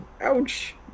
ouch